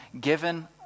given